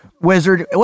Wizard